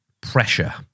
pressure